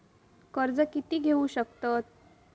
कर्ज कीती घेऊ शकतत?